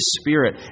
Spirit